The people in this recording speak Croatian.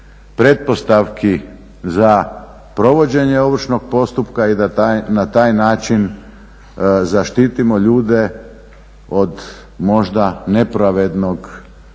pretpostavki za provođenje ovršnog postupka i da na taj način zaštitimo ljude od možda nepravedne primjene